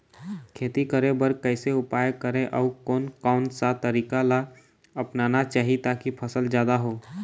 खेती करें बर कैसे उपाय करें अउ कोन कौन सा तरीका ला अपनाना चाही ताकि फसल जादा हो?